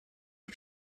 der